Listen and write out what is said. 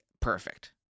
perfect